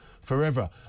forever